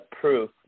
proof